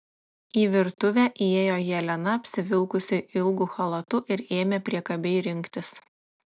į virtuvę įėjo jelena apsivilkusi ilgu chalatu ir ėmė priekabiai rinktis